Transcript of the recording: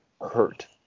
hurt